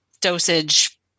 dosage